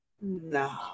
No